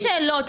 אין שאלות.